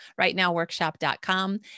Rightnowworkshop.com